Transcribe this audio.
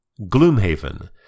Gloomhaven